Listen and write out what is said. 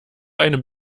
einem